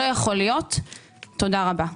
תודה רבה.